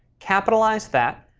capitalize that,